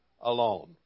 alone